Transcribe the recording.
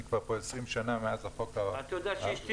אני פה כבר 20 שנה מאז החוק --- אתה יודע שאשתי